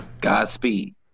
Godspeed